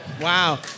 wow